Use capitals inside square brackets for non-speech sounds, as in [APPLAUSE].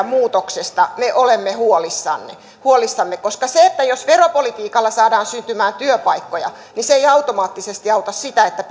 [UNINTELLIGIBLE] muutoksesta me olemme huolissamme huolissamme koska se jos veropolitiikalla saadaan syntymään työpaikkoja ei automaattisesti auta siten että [UNINTELLIGIBLE]